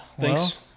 thanks